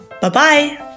Bye-bye